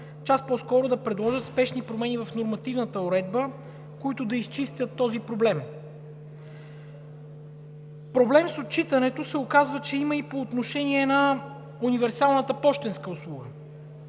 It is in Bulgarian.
час по-скоро да предложат спешни промени в нормативната уредба, които да изчистят този проблем. Проблем с отчитането се оказва, че има и по отношение на универсалната пощенска услуга.